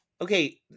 Okay